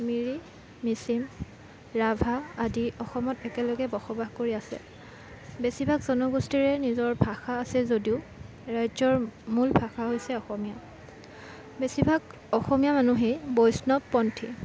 মিৰি মিচিং ৰাভা আদি অসমত একেলগে বসবাস কৰি আছে বেছিভাগ জনগোষ্ঠীৰে নিজৰ ভাষা আছে যদিও ৰাজ্য়ৰ মূল ভাষা হৈছে অসমীয়া বেছিভাগ অসমীয়া মানুহেই বৈষ্ণৱ পন্থী